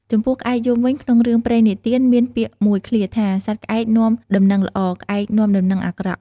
ចំពោះក្អែកយំវិញ ក្នុងរឿងព្រេងនិទានមានពាក្យមួយឃ្លាថា "សត្វក្អែកនាំដំណឹងល្អ ក្អែកនាំដំណឹងអាក្រក់"។